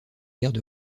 guerres